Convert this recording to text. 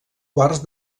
quarts